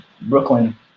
Brooklyn